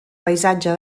paisatge